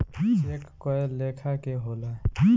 check कए लेखा के होला